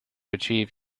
achieve